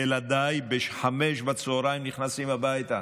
ילדיי ב-17:00 בצוהריים נכנסים הביתה.